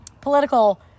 political